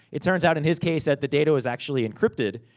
it turns out in his case, that the data was actually encrypted.